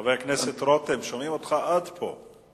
חבר הכנסת רותם, שומעים אותך עד פה.